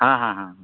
ᱦᱮᱸ ᱦᱮᱸ ᱦᱮᱸ